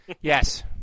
Yes